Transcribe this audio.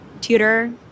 tutor